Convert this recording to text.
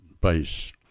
Base